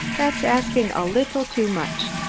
that's asking a little too much.